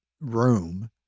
room